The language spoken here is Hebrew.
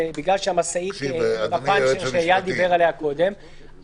בגלל המשאית שאיל דיבר עליה קודם,